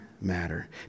matter